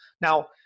Now